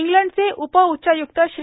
इंग्लंडचे उप उच्चायुक्त श्री